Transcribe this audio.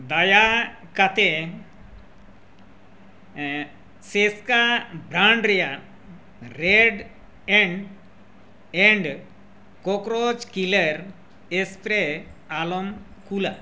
ᱫᱟᱭᱟ ᱠᱟᱛᱮᱫ ᱥᱮᱥᱠᱟ ᱵᱨᱟᱱᱰ ᱨᱮᱱᱟᱜ Raid ant and cockroach killer spray ᱟᱞᱚᱢ ᱠᱩᱞᱟ